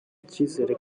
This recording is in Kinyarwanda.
ikizere